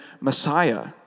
Messiah